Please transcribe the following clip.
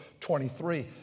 23